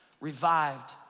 revived